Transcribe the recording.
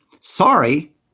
sorry